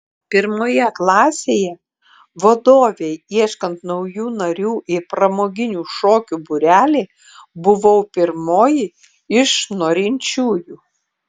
pirmoje klasėje vadovei ieškant naujų narių į pramoginių šokių būrelį buvau pirmoji iš norinčiųjų